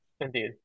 Indeed